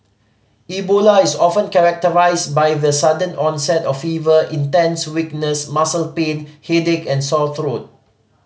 Ebola is often characterised by the sudden onset of fever intense weakness muscle pain headache and sore throat